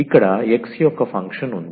ఇక్కడ x యొక్క function ఉంది